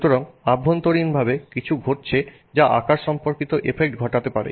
সুতরাং অভ্যন্তরীণভাবে কিছু ঘটছে যা আকার সম্পর্কিত এফেক্ট ঘটাতে পারে